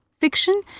fiction